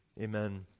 Amen